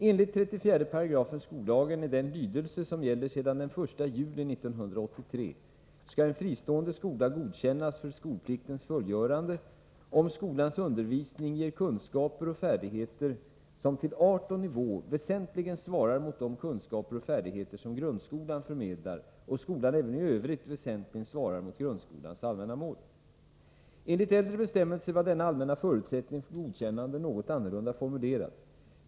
Enligt 34 § skollagen i den lydelse som gäller sedan den 1 juli 1983 skall en fristående skola godkännas för skolpliktens fullgörande, om skolans undervisning ger kunskaper och färdigheter som till art och nivå väsentligen svarar mot de kunskaper och färdigheter som grundskolan förmedlar och skolan även i övrigt väsentligen svarar mot grundskolans allmänna mål. Enligt äldre bestämmelser var denna allmänna förutsättning för godkännande något annorlunda formulerad.